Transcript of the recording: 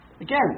Again